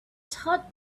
thought